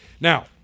Now